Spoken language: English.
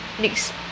next